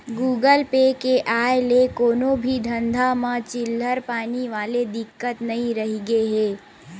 Google Pay के आय ले कोनो भी धंधा म चिल्हर पानी वाले दिक्कत नइ रहिगे हे